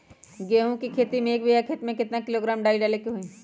गेहूं के खेती में एक बीघा खेत में केतना किलोग्राम डाई डाले के होई?